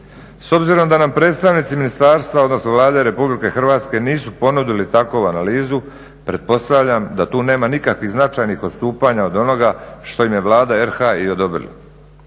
S obzirom da nam predstavnici Ministarstva odnosno Vlade RH nisu ponudili takvu analizu pretpostavljam da tu nema nikakvih značajnih odstupanja od onoga što im je Vlada RH i odobrila.